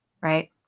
right